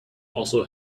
also